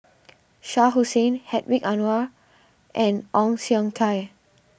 Shah Hussain Hedwig Anuar and Ong Siong Kai